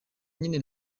nyine